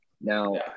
Now